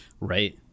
right